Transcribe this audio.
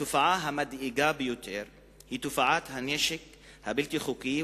התופעה המדאיגה ביותר היא תופעת הנשק הבלתי-חוקי,